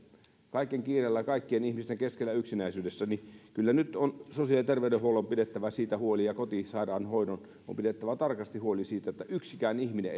kaiken kiireen kaikkien ihmisten keskellä yksinäisyydessä kyllä nyt on sosiaali ja terveydenhuollon pidettävä siitä huoli ja kotisairaanhoidon on pidettävä tarkasti huoli siitä että yksikään ihminen